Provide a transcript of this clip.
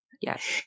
Yes